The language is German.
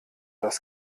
dass